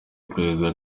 perezida